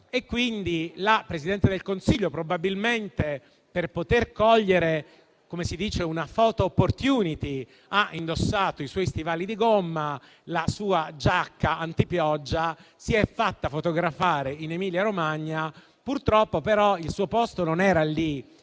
la Presidente del Consiglio, probabilmente per poter cogliere una *photo opportunity,* ha indossato i suoi stivali di gomma, la sua giacca antipioggia e si è fatta fotografare in Emilia-Romagna. Purtroppo, però, il suo posto non era lì.